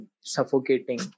suffocating